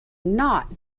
not